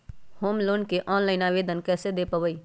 Home loan के online आवेदन कैसे दें पवई?